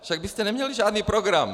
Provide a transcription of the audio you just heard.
Však byste neměli žádný program!